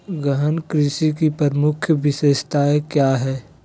गहन कृषि की प्रमुख विशेषताएं क्या है?